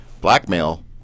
blackmail